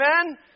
Amen